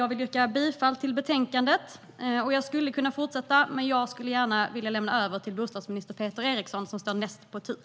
Jag yrkar bifall till utskottets förslag i betänkandet. Jag skulle kunna fortsätta, men jag vill gärna lämna över ordet till bostadsminister Peter Eriksson som står näst på tur.